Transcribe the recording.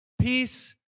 Peace